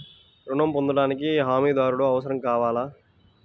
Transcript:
ఋణం పొందటానికి హమీదారుడు అవసరం కావాలా?